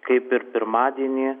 kaip ir pirmadienį